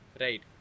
Right